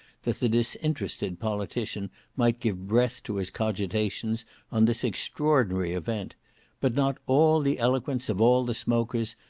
that the disinterested politician might give breath to his cogitations on this extraordinary event but not all the eloquence of all the smokers,